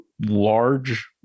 large